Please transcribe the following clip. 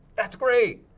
that's great,